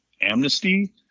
amnesty